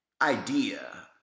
idea